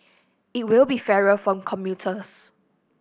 it will be fairer for commuters